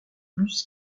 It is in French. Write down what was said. plus